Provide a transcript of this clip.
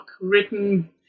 written